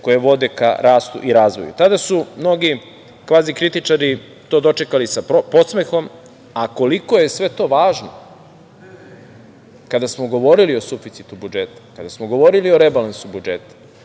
koje vode ka rastu i razvoju. Tada su mnogi kvazikritičari to dočekali sa podsmehom, a koliko je sve to važno, kada smo govorili o suficitu budžeta, kada smo govorili o rebalansu budžeta,